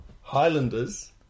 Highlanders